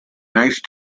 nice